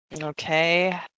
Okay